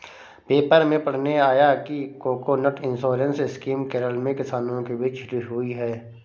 paper में पढ़ने आया कि कोकोनट इंश्योरेंस स्कीम केरल में किसानों के बीच हिट हुई है